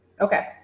okay